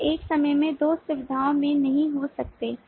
आप एक समय में दो सुविधाओं में नहीं हो सकते